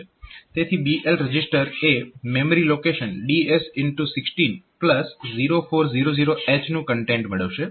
તેથી BL register એ memory location DS160400H નું કન્ટેન્ટ મેળવશે